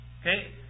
Okay